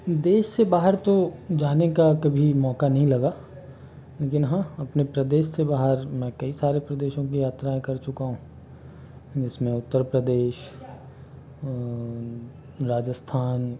देश से बाहर तो जाने का कभी मौका नहीं लगा लेकिन हाँ अपने प्रदेश से बाहर मैं कई सारे प्रदेशों की यात्राएँ कर चुका हूँ जिसमें उत्तर प्रदेश राजस्थान